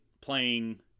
playing